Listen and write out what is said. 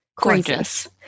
gorgeous